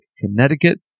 Connecticut